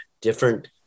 different